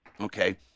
Okay